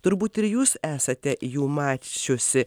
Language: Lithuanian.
turbūt ir jūs esate jų mačiusi